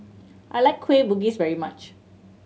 I like Kueh Bugis very much